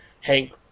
Hank